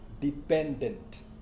dependent